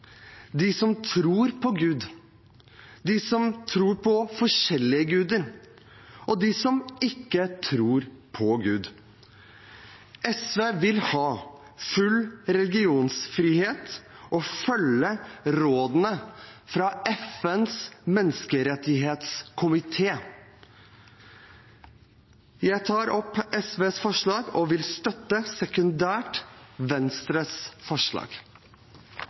de som tror på Gud, de som tror på forskjellige guder, og de som ikke tror på Gud. SV vil ha full religionshetsfrihet og følge rådene fra FNs menneskerettighetskomité. Jeg tar opp SVs forslag. Vi vil støtte Venstres forslag